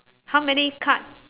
how many card